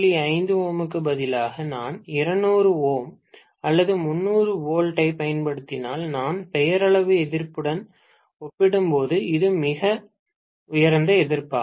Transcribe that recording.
5 Ω of க்கு பதிலாக நான் 200 Ω அல்லது 300V ஐப் பயன்படுத்தினால் நான் பெயரளவு எதிர்ப்புடன் ஒப்பிடும்போது இது மிக உயர்ந்த எதிர்ப்பாகும்